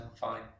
fine